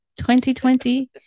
2020